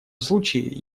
случае